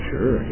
Sure